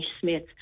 Smith